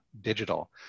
digital